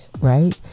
right